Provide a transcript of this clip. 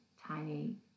tiny